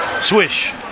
Swish